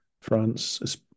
France